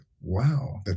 wow